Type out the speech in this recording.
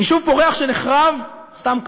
יישוב פורח שנחרב סתם כך,